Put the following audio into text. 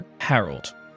Harold